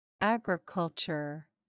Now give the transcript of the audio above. Agriculture